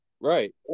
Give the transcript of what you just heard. Right